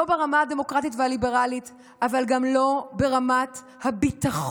לא ברמה הדמוקרטית והליברלית אבל גם לא ברמת הביטחון.